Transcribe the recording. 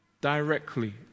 directly